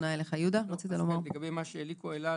לגבי מה שאליקו העלה,